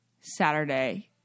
Saturday